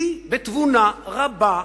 היא, בתבונה רבה,